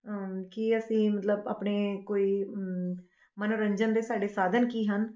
ਕੀ ਅਸੀਂ ਮਤਲਬ ਆਪਣੇ ਕੋਈ ਮਨੋਰੰਜਨ ਦੇ ਸਾਡੇ ਸਾਧਨ ਕੀ ਹਨ